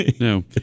No